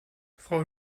frau